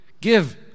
Give